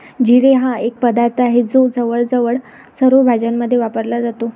जिरे हा एक पदार्थ आहे जो जवळजवळ सर्व भाज्यांमध्ये वापरला जातो